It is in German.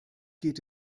geht